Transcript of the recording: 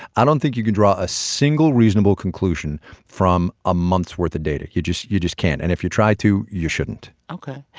i don't think you can draw a single reasonable conclusion from a month's worth of data. you just you just can't. and if you try to, you shouldn't ok.